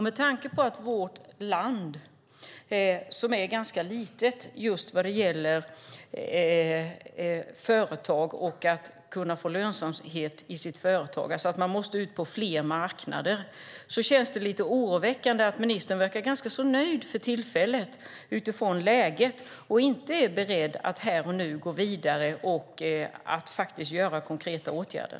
Med tanke på att vårt land, som är ganska litet just vad gäller företag och att kunna få lönsamhet i sitt företag, alltså att man måste ut på fler marknader, känns det lite oroväckande att ministern för tillfället verkar ganska så nöjd med läget och inte är beredd att här och nu gå vidare med konkreta åtgärder.